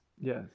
Yes